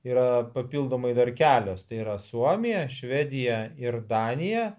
yra papildomai dar kelios tai yra suomija švedija ir danija